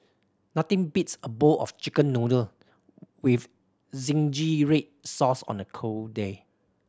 nothing beats a bowl of Chicken Noodle with zingy red sauce on a cold day